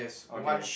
okay